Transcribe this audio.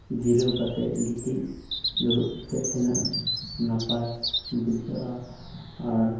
ᱡᱤᱨᱟᱹᱣ ᱠᱟᱛᱮᱫ ᱜᱤᱛᱤᱡ ᱫᱩᱲᱩᱵ ᱠᱟᱛᱮᱫ ᱛᱤᱱᱟᱹᱜ ᱱᱟᱯᱟᱭ ᱵᱩᱡᱷᱟᱹᱜᱼᱟ ᱟᱨ